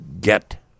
get